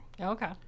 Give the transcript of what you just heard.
Okay